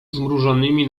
zmrużonymi